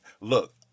Look